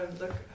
look